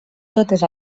totes